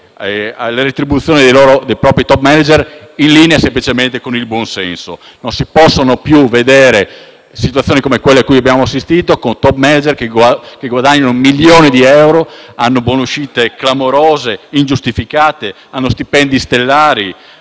alle retribuzioni dei propri *top manager* in linea con il buon senso. Non si possono più vedere situazioni come quelle a cui abbiamo assistito, con *top manager* che guadagnano milioni di euro, hanno buonuscite clamorose ed ingiustificate, stipendi stellari,